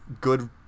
good